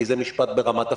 כי זה משפט ברמת הפילוסופיה.